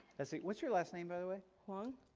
i see. what's your last name by the way? huang.